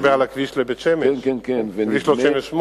אתה מדבר על הכביש לבית-שמש, כביש 38?